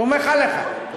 סומך עליך.